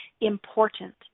important